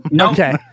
Okay